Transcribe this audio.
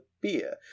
beer